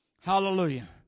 Hallelujah